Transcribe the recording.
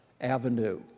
avenue